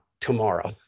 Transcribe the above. tomorrow